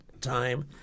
time